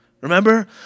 Remember